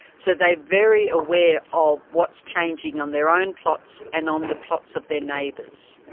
so they're very aware of what's changing on their own plots and on the plots of their neighbours.